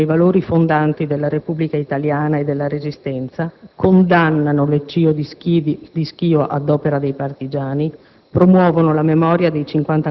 dichiarano di riconoscersi nei valori fondanti della Repubblica italiana e della Resistenza, condannano l'eccidio di Schio ad opera dei partigiani,